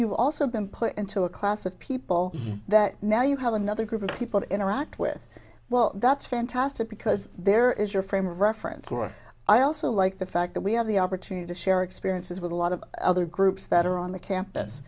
you've also been put into a class of people that now you have another group of people to interact with well that's fantastic because there is your frame of reference or i also like the fact that we have the opportunity to share experiences with a lot of other groups that are on the campus